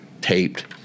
taped